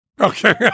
Okay